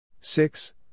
six